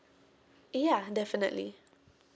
ya definitely